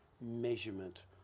measurement